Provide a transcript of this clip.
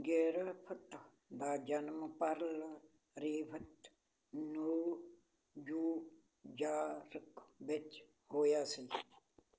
Griffith ਦਾ ਜਨਮ Pearl River New York ਵਿੱਚ ਹੋਇਆ ਸੀ